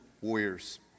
warriors